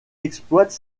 exploite